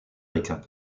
rica